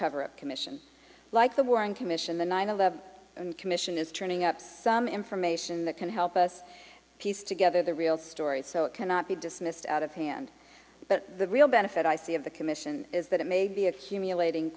cover up commission like the warren commission the nine eleven and commission is turning up some information that can help us piece together the real story so it cannot be dismissed out of hand but the real benefit i see of the commission is that it may be accumulating